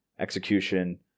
execution